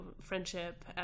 friendship